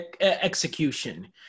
execution